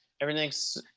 Everything's